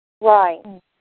Right